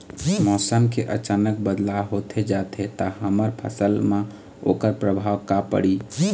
मौसम के अचानक बदलाव होथे जाथे ता हमर फसल मा ओकर परभाव का पढ़ी?